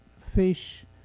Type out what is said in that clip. fish